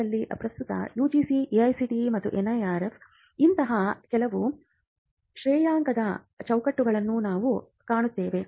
ಭಾರತದಲ್ಲಿ ಪ್ರಸ್ತುತ UGC AICTE ಮತ್ತು NIRF ನಂತಹ ಕೆಲವು ಶ್ರೇಯಾಂಕದ ಚೌಕಟ್ಟುಗಳನ್ನು ನಾವು ಕಾಣುತ್ತೇವೆ